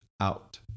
out